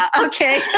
okay